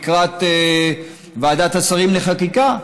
לקראת ועדת השרים לחקיקה.